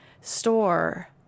store